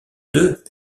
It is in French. deux